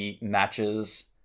matches